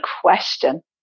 question